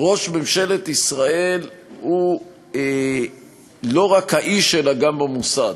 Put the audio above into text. ראש ממשלת ישראל הוא לא רק האיש אלא גם המוסד,